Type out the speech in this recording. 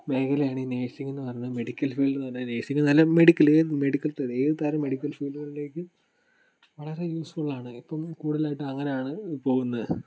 മേഖലയാണ് ഈ നഴ്സിംഗ് എന്നു പറഞ്ഞാൽ മെഡിക്കൽ ഫീൽഡ് എന്നു പറഞ്ഞാൽ നഴ്സിംഗ് എന്നാലും മെഡിക്കൽ മെഡിക്കൽ ഏതു തരം മെഡിക്കൽ ഫീൽഡുകളിലേക്ക് വളരെ യൂസ്ഫുൾ ആണ് ഇപ്പം കൂടുതൽ ആയിട്ടും അങ്ങനെയാണ് പോകുന്നത്